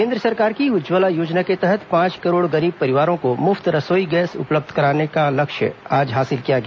केंद्र सरकार की उज्जवला योजना के तहत पांच करोड़ गरीब परिवारों को मुफ्त रसोई गैस कनेक्शन उपलब्ध कराने का लक्ष्य आज हासिल किया गया